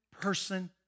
person